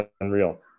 unreal